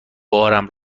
بارم